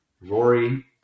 Rory